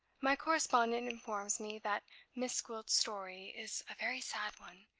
my correspondent informs me that miss gwilt's story is a very sad one,